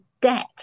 debt